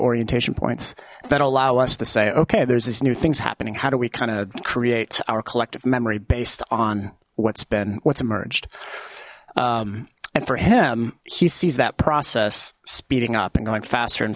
orientation points that allow us to say okay there's these new things happening how do we kind of create our collective memory based on what's been what's emerged and for him he sees that process speeding up and going faster and